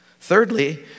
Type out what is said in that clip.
Thirdly